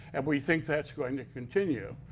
and but we think that's going to continue.